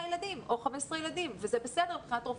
ילדים או 15 ילדים וזה בסדר מבחינת רופא